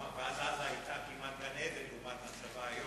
ואז עזה היתה כמעט גן-עדן לעומת מצבה היום.